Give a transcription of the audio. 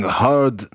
hard